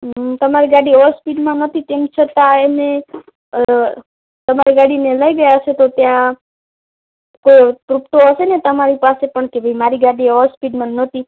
હા તમારી ગાડી ઓવર સ્પીડમાં નહોતી તેમ છતાં એને તમારી ગાડીને લઇ ગયા છે તો ત્યાં કોઈ પ્રૂફ તો હશે ને તમારી પાસે પણ કે મારી ગાડી ઓવર સ્પીડમાં નહોતી